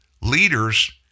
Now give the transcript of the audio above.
leaders